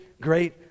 great